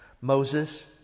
Moses